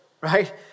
right